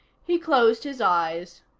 he closed his eyes.